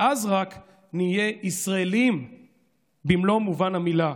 ואז רק נהיה ישראלים במלוא מובן המילה".